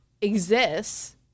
exists